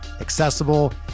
accessible